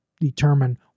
determine